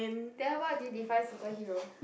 then what do you define superhero